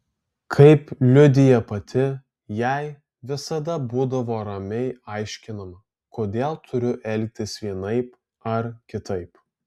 kaip liudija pati jai visada būdavo ramiai aiškinama kodėl turiu elgtis vienaip ar kitaip